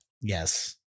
Yes